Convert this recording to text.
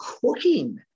cooking